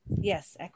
Yes